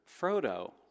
Frodo